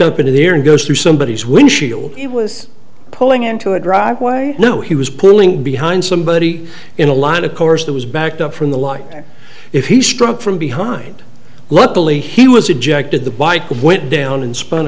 up into the air and goes through somebodies windshield it was pulling into a driveway no he was pulling behind somebody in a lot of course that was backed up from the lighter if he struck from behind luckily he was ejected the bike went down and sp